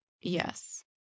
Yes